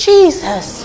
Jesus